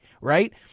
right